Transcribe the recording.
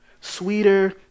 sweeter